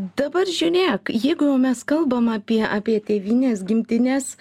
dabar žiūrėk jeigu jau mes kalbam apie apie tėvynės gimtinės